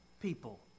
people